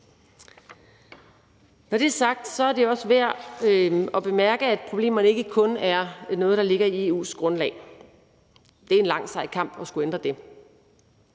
Når det er sagt, er det også værd at bemærke, at problemerne ikke kun er noget, der ligger i EU's grundlag. Det er en lang, sej kamp at skulle ændre det.